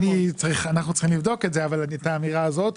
אנחנו צריכים לבדוק את האמירה הזאת,